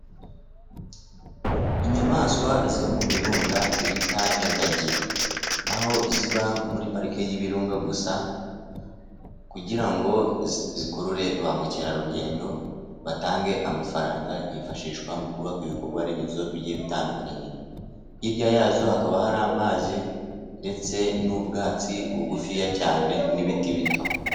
Inyamanswa ziba mu birunga bita ingagi, aho ziba muri parike y'ibirunga gusa, kugira ngo zikurure bamukerarugendo, batange amafaranga yifashishwa mu kubaka, ibikorwa remezo bitandukanye, hirya yazo hakaba hari amazi ndetse n'ubwatsi bugufiya cyane n'ibiti bito.